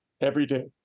everyday